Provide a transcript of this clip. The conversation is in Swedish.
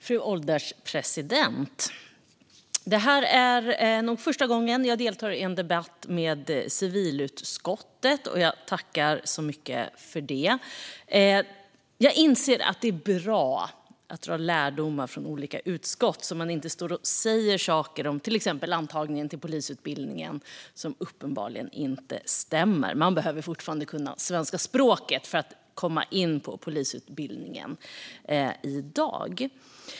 Fru ålderspresident! Det här är första gången jag deltar i en debatt med civilutskottet, och jag tackar så mycket för det. Jag inser att det är bra att dra lärdomar från olika utskott så att man inte står och säger saker om till exempel antagningen till polisutbildningen som uppenbart inte stämmer. Man behöver fortfarande kunna svenska språket för att komma in på polisutbildningen.